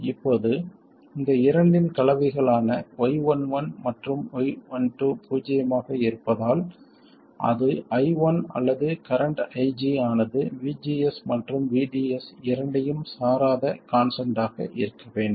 இப்போது இந்த இரண்டின் கலவைகளான y11 மற்றும் y12 பூஜ்ஜியமாக இருப்பதால் அது I1 அல்லது கரண்ட் IG ஆனது VGS மற்றும் VDS இரண்டையும் சாராத கான்ஸ்டன்ட் ஆக இருக்க வேண்டும்